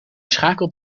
schakelt